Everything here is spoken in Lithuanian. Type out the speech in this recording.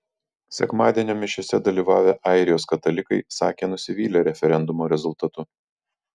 sekmadienio mišiose dalyvavę airijos katalikai sakė nusivylę referendumo rezultatu